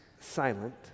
silent